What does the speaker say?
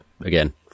again